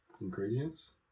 Ingredients